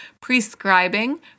prescribing